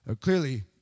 Clearly